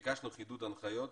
ביקשנו חידוד הוראות לכל הבנקים.